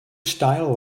style